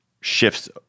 shifts